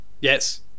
Yes